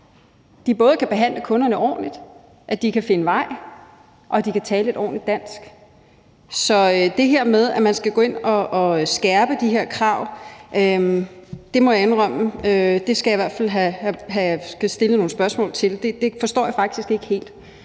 både kan behandle kunderne ordentligt, kan finde vej og kan tale et ordentligt dansk. Så det her med, at man skal gå ind og skærpe de her krav, skal jeg i hvert fald have stillet nogle spørgsmål til. Det forstår jeg faktisk ikke helt,